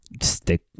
stick